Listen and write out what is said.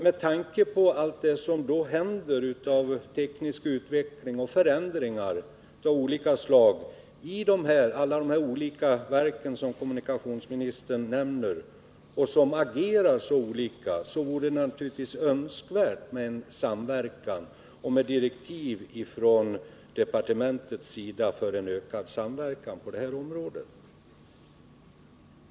Med tanke på vad som händer av teknisk utveckling och förändringar av olika slag i de verk som kommunikationsministern nämner och som agerar så olika vore det naturligtvis önskvärt med en samverkan och med direktiv från departementets sida för en ökad samverkan på det här området.